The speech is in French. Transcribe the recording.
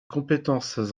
compétences